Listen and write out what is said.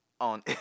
on